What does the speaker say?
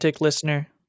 listener